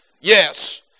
yes